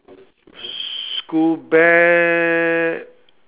school bag